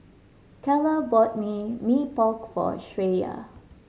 Calla bought Mee Pok for Shreya